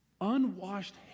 unwashed